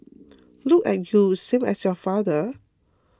look at you same as your father